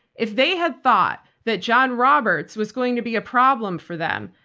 if they had thought that john roberts was going to be a problem for them,